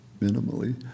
minimally